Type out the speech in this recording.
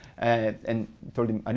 and and told him, i